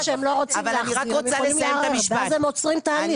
כשהם לא רוצים להחזיר הם יכולים לערער ואז הם עוצרים תהליך,